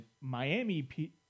Miami